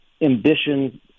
ambition-